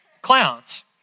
clowns